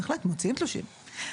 בהחלט מוציאים תלושים,